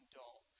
dull